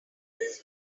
this